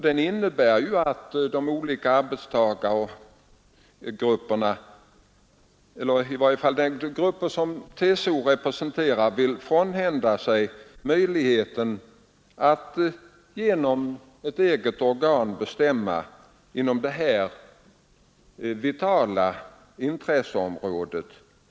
Den innebär, att den grupp som TCO representerar vill frånhända sig möjligheten att genom ett eget organ bestämma inom en facklig organisations vitala intresseområde.